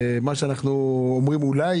ומה שאנחנו אומרים עליו "אולי",